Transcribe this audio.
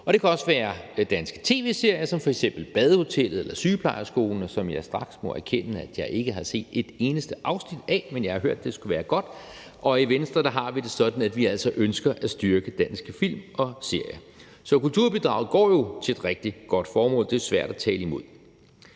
og det kan også være danske tv-serier som f.eks. »Badehotellet« eller »Sygeplejerskolen«, som jeg straks må erkende jeg ikke har set et eneste afsnit af, men jeg har hørt, at det skulle være godt. Og i Venstre har vi det sådan, at vi altså ønsker at styrke danske film og serier. Så kulturbidraget går til et rigtig godt formål; det er svært at tale imod